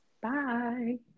Bye